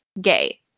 gay